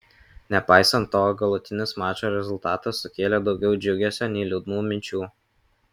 nepaisant to galutinis mačo rezultatas sukėlė daugiau džiugesio nei liūdnų minčių